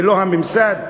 ולא הממסד,